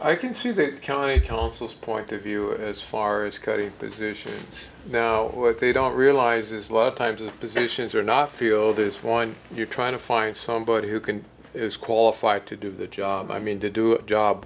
i can see that county councils point of view as far as cutting positions now but they don't realize is a lot of times the positions are not field this one you're trying to find somebody who can is qualified to do the job i mean to do a job